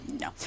No